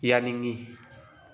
ꯌꯥꯅꯤꯡꯉꯤ